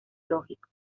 lógico